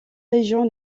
régions